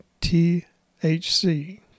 THC